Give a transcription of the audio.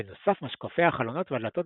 בנוסף משקופי החלונות והדלתות